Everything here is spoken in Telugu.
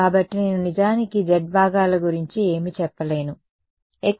కాబట్టి నేను నిజానికి z భాగాల గురించి ఏమీ చెప్పలేను సరే